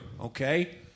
okay